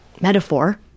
metaphor